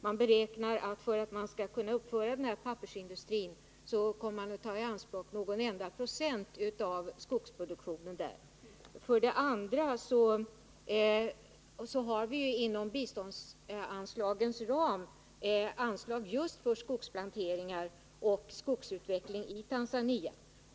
Man beräknar att ta i anspråk någon enda procent av skogsproduktionen för att kunna driva denna pappersindustri. För det andra finns det inom biståndsanslagens ram anslag just för skogsplantering och skogsutveckling i Tanzania.